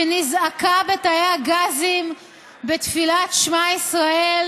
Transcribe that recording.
שנזעקה בתאי הגזים בתפילת שמע ישראל,